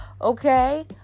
Okay